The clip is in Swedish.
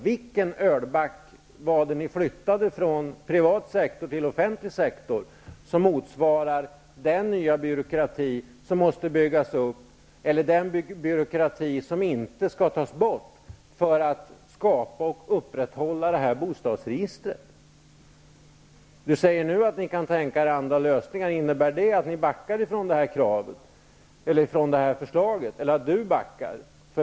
Vilken ölback var det ni flyttade från privat sektor till till offentlig sektor som motsvarar den nya byråkrati som måste byggas upp eller den byråkrati som inte skall tas bort för att skapa och upprätthålla detta bostadsregister? Nu säger Bert Karlsson att ni kan tänka er andra lösningar. Innebär det att ni backar från förlaget, eller att Bert Karlsson backar?